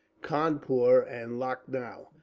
kahnpur, and laknao.